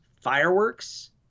fireworks